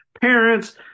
parents